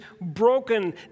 broken